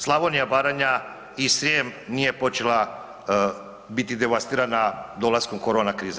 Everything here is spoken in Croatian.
Slavonija, Baranja i Srijem nije počela biti devastirana dolaskom korona krize.